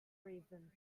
reason